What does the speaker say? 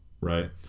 Right